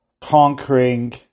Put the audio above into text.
conquering